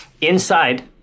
Inside